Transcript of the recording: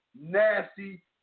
nasty